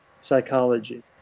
psychology